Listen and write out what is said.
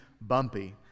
bumpy